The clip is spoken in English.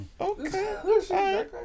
okay